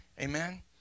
Amen